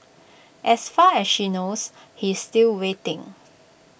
as far as she knows he's still waiting